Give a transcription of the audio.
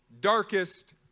darkest